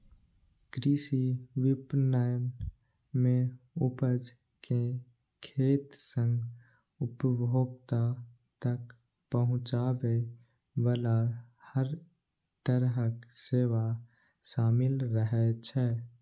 कृषि विपणन मे उपज कें खेत सं उपभोक्ता तक पहुंचाबे बला हर तरहक सेवा शामिल रहै छै